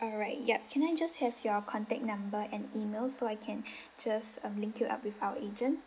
alright yup can I just have your contact number and email so I can just um link you up with our agent